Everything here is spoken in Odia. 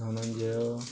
ଧନଞ୍ଜୟ